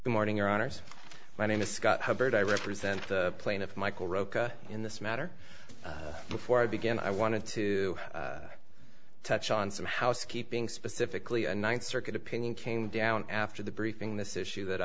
the morning your honors my name is scott hubbard i represent the plaintiff michael rocha in this matter before i begin i wanted to touch on some housekeeping specifically a ninth circuit opinion came down after the briefing this issue that